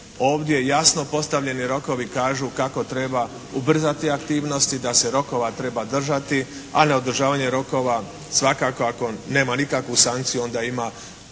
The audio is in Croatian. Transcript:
Ovdje jasno postavljeni rokovi kažu kako treba ubrzati aktivnosti da se rokova treba držati, a neodržavanje rokova svakako ako nema nikakvu sankciju onda ima